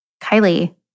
Kylie